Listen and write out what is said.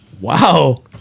Wow